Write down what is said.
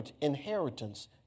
inheritance